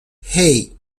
hey